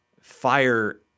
fire